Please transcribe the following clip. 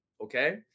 okay